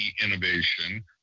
innovation